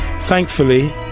Thankfully